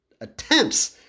attempts